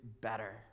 better